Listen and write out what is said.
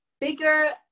bigger